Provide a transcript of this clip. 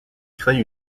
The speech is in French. crée